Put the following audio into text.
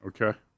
Okay